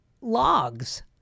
logs